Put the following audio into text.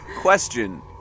question